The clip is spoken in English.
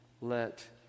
let